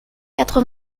quatre